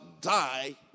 die